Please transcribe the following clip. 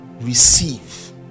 receive